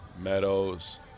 meadows